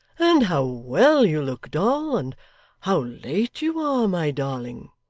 and how well you look, doll, and how late you are, my darling